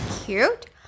cute